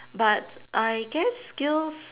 but I guess skills